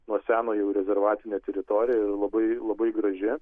nuo seno jau rezervatinė teritorija ir labai labai graži